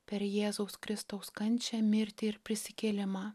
per jėzaus kristaus kančią mirtį ir prisikėlimą